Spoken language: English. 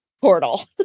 portal